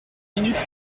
minute